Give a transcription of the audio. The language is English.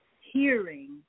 hearing